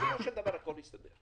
בסופו של דבר הכול יסתדר,